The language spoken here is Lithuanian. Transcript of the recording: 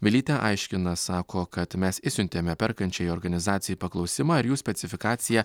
vilytė aiškina sako kad mes išsiuntėme perkančiajai organizacijai paklausimą ir jų specifikacija